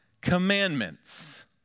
commandments